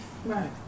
Right